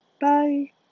Bye